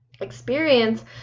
experience